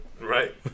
Right